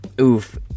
Oof